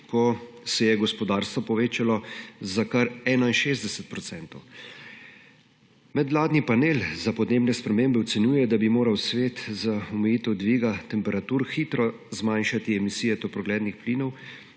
ko se je gospodarstvo povečalo za kar 61 procentov. Medvladni panel za podnebne spremembe ocenjuje, da bi moral svet za omejitev dviga temperatur hitro zmanjšati emisije toplogrednih plinov